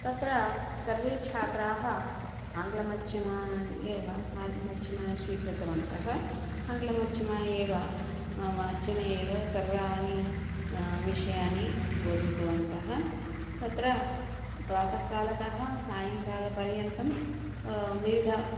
तत्र सर्वे छात्राः आङ्लमाध्यमाः एव आसन् माध्यमं स्वीकृतवन्तः आङ्लमाध्यमाः एव माध्यमे एव सर्वान् विषयान् बोधितवन्तः तत्र प्रातःकालतः सायङ्कालपर्यन्तं विविधान्